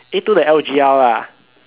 A two the L_G_L lah